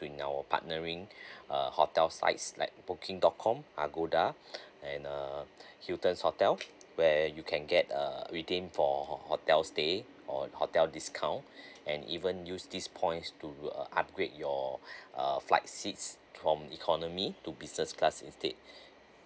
with our partnering uh hotel sites like booking dot com agoda and err hiltons hotel where you can get err redeem for hotel stay or hotel discount and even use these points to do a upgrade your err flight seats from economy to business class instead